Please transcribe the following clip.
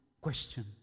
question